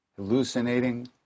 hallucinating